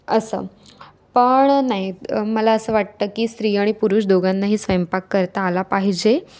असं पण नाही मला असं वाटतं की स्त्री आणि पुरुष दोघांनाही स्वयंपाक करता आला पाहिजे